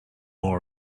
more